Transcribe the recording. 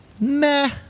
meh